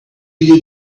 you